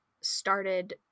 started